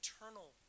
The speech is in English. eternal